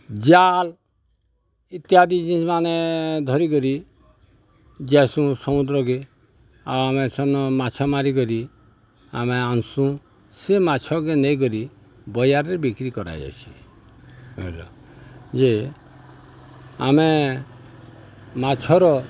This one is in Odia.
ଜାଲ୍ ଇତ୍ୟାଦି ଜିନିଷ୍ମାନ ଧରିକରି ଯାଏସୁଁ ସମୁଦ୍ରକେ ଆଉ ଆମେ ସେନ ମାଛ ମାରିକରି ଆମେ ଆନ୍ସୁଁ ସେ ମାଛକେ ନେଇକରି ବଜାରରେ ବିକ୍ରି କରାଯାଏସିି ବୁଝ୍ଲ ଯେ ଆମେ ମାଛର